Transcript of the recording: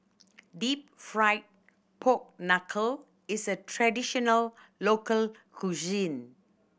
Deep Fried Pork Knuckle is a traditional local cuisine